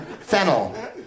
Fennel